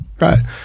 right